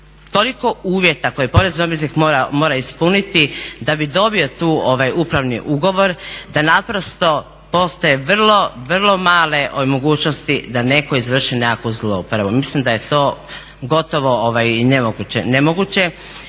toliko uvjet koje porezni obveznik mora ispuniti da bi dobio tu ovaj upravni ugovor da naprosto postoje vrlo, vrlo male mogućnosti da neko izvrši nekakvu zloupotrebu. Mislim da je to gotovo nemoguće,